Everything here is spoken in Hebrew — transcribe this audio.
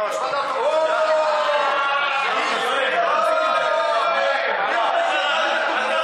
או, מי אתה בכלל?